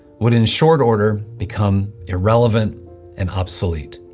would in short order become irrelevant and obsolete.